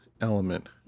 element